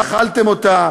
אכלתם אותה.